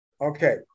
Okay